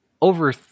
over